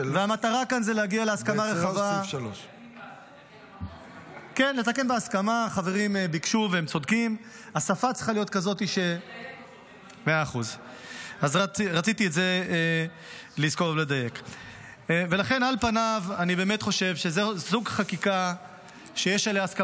ואצלו סעיף 3. המטרה כאן היא להגיע להסכמה רחבה.